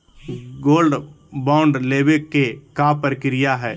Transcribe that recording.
Gold bond लेवे के का प्रक्रिया हई?